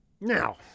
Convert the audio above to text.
Now